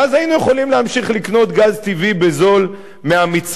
ואז היינו יכולים להמשיך לקנות גז טבעי בזול מהמצרים.